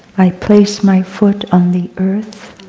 i place my foot on the earth